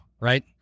right